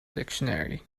dictionary